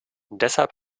deshalb